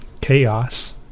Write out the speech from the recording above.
chaos